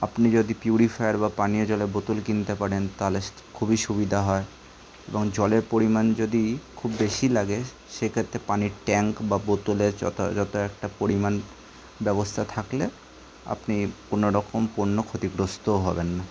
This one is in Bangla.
আপনি যদি পিউরিফায়ার বা পানীয় জলে বোতল কিনতে পারেন তাহলে খুবই সুবিধা হয় এবং জলের পরিমাণ যদি খুব বেশি লাগে সেক্ষেত্রে পানির ট্যাঙ্ক বা বোতলে যথাযত একটা পরিমাণ ব্যবস্থা থাকলে আপনি কোনো রকম কোনো ক্ষতিগ্রস্তও হবেন না